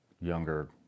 younger